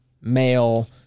male